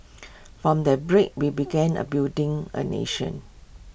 from that break we began A building A nation